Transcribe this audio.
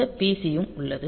இந்த PC ம் உள்ளது